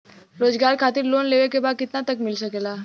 रोजगार खातिर लोन लेवेके बा कितना तक मिल सकेला?